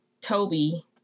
Toby